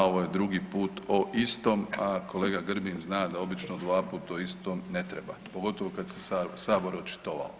Ovo je drugi put o istom, a kolega Grbin zna da obično dvaput o istom ne treba, pogotovo kada se Sabor očitovao.